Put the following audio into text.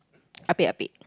apek apek